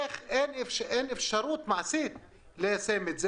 אין אפשרות מעשית ליישם את זה.